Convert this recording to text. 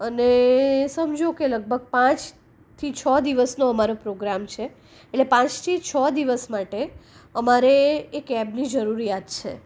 એ સમજો કે લગભગ પાંચથી છ દિવસનો અમારો પ્રોગ્રામ છે એટલે પાંચ થી છ દિવસ માટે અમારે એ કેબની જરૂરિયાત છે